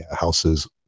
houses